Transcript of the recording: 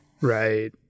Right